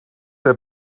der